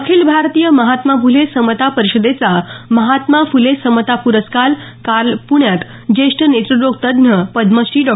अखिल भारतीय महात्मा फुले समता परिषदेचा महात्मा फुले समता पुरस्कार काल प्ण्यात ज्येष्ठ नेत्ररोग तज्ञ पद्मश्री डॉ